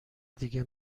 دیگه